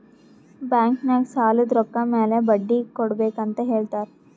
bank ನಾಗ್ ಸಾಲದ್ ರೊಕ್ಕ ಮ್ಯಾಲ ಬಡ್ಡಿ ಕೊಡ್ಬೇಕ್ ಅಂತ್ ಹೇಳ್ತಾರ್